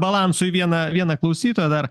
balansui vieną vieną klausytoją dar